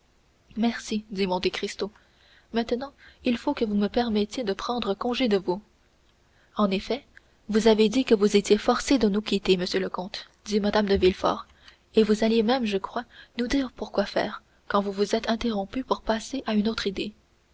merci dit monte cristo maintenant il faut que vous me permettiez de prendre congé de vous en effet vous avez dit que vous étiez forcé de nous quitter monsieur le comte dit mme de villefort et vous alliez même je crois nous dire pour quoi faire quand vous vous êtes interrompu pour passer à une autre idée